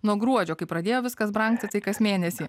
nuo gruodžio kai pradėjo viskas brangti tai kas mėnesį